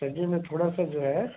सब्ज़ी में थोड़ा सा जो है